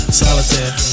solitaire